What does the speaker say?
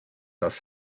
das